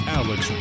alex